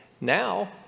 Now